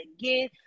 again